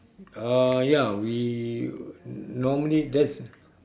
uh ya we normally that's